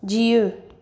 जीउ